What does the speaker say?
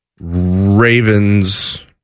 Ravens